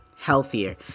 Healthier